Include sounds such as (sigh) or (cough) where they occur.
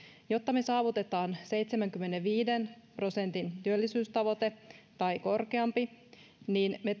jotta me saavutamme seitsemänkymmenenviiden prosentin työllisyystavoite tai korkeampi me (unintelligible)